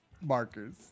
markers